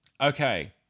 okay